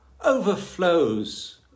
overflows